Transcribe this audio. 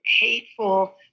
hateful